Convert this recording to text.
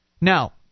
Now